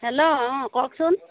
hello অঁ কওকচোন